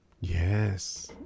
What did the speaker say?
Yes